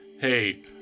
hey